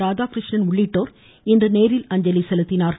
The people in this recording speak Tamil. இராதாகிருஷ்ணன் உள்ளிட்டோர் இன்று நேரில் அஞ்சலி செலுத்தினார்கள்